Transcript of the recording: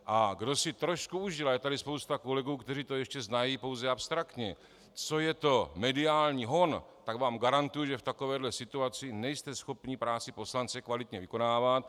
A kdo si trošku užil, a je tady spousta kolegů, kteří to ještě znají pouze abstraktně, co je to mediální hon, tak vám garantuji, že v takovéhle situaci nejste schopni práci poslance kvalitně vykonávat.